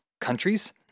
countries